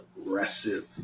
aggressive